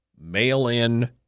mail-in